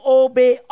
obey